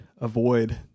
avoid